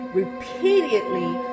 repeatedly